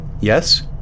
Yes